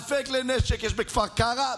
אלפי כלי נשק יש בכפר קרע,